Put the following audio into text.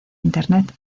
internet